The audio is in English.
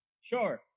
Sure